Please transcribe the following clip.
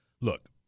look